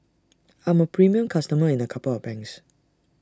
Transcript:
I'm A premium customer in A couple of banks